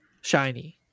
Shiny